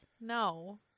No